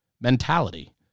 mentality